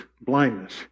blindness